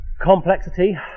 complexity